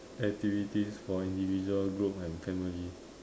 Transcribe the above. activities for individual group and family